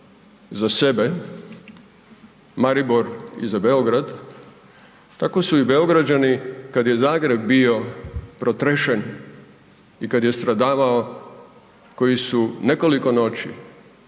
za sebe Maribor i za Beograd, tako su i Beograđani kad je Zagreb bio protrešen i kad je stradavao koji su nekoliko noći